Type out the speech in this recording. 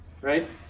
Right